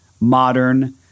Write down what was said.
modern